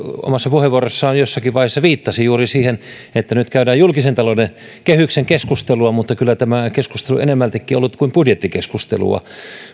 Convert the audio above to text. omassa puheenvuorossaan jossakin vaiheessa viittasi juuri siihen että nyt käydään julkisen talouden kehyksen keskustelua mutta kyllä tämä keskustelu enemmältikin on ollut kuin budjettikeskustelua